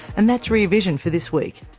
and that's rear vision for this week.